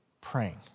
praying